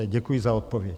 Děkuji za odpověď.